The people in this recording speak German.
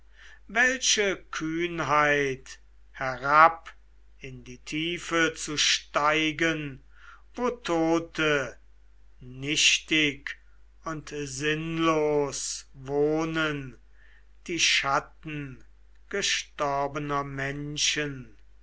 welche kühnheit herab in die tiefe zu steigen wo tote nichtig und sinnlos wohnen die schatten gestorbener menschen